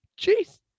Jeez